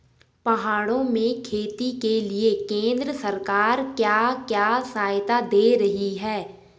पहाड़ों में खेती के लिए केंद्र सरकार क्या क्या सहायता दें रही है?